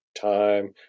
time